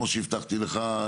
כמו שהבטחתי לך,